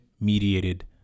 mediated